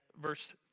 verse